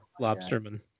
lobsterman